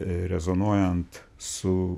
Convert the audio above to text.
rezonuojant su